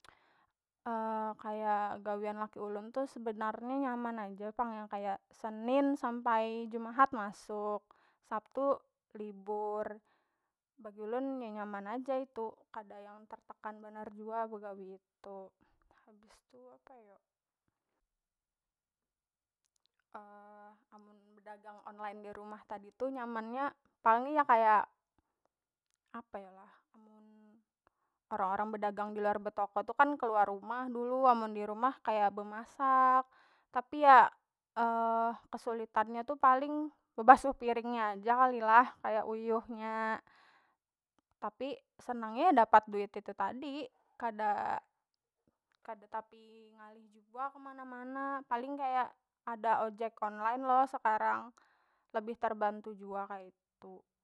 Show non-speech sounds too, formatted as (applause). (hesitation) kaya gawian laki ulun tu sebenarnya nyaman aja pang kaya senin sampai jumahat masuk, sabtu libur bagi ulun ya nyaman aja itu kada yang tertekan banar jua begawi itu. Habis tu apa yo (hesitation) amun bedagang online di rumah tadi tu nyamannya (unintelligible) kaya apa yo lah mun orang- orang bedagang diluar betoko tu kan keluar rumah dulu amun dirumah kaya bemasak tapi ya (hesitation) kesulitannya tu paling bebasuh piring nya aja kali lah kaya uyuh nya tapi senang nya dapat duit itu tadi, kada- kada tapi ngalih jua kemana- mana paling kaya ada ojek online lo sekarang lebih terbantu jua kaitu.